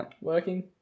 Working